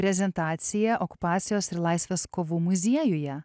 prezentaciją okupacijos ir laisvės kovų muziejuje